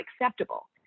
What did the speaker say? acceptable